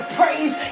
praise